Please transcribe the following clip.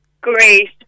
Great